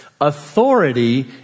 Authority